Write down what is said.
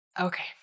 Okay